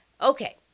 Okay